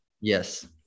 Yes